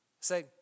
Say